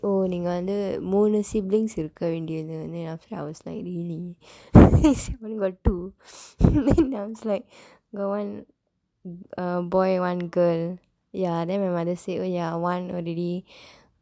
நீங்க வந்து மூணு:neega vantu moonu siblings இருக்கவேண்டியது:irukkaveendiyathu then after that I was like really only got two like got one boy one girl ya then my mother said oh ya one already